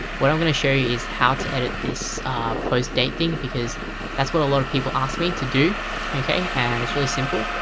what i'm going to show you is how to edit this post date thing because that's what a lot of people asked me to do and it's really simple.